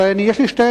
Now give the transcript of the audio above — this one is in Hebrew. אבל יש לי שתי